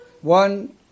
one